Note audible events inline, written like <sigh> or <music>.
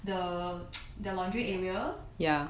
the <noise> the laundry area